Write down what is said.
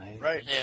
Right